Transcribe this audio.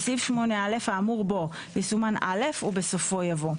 בסעיף 8א. האמור בו יסומן "(א)" ובסופו יבוא: